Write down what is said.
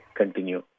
continue